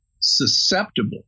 susceptible